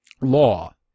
Law